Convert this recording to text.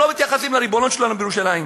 הם לא מתייחסים לריבונות שלנו בירושלים.